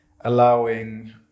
allowing